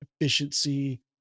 efficiency